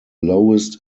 lowest